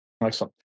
Excellent